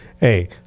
hey